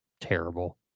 Terrible